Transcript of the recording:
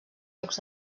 llocs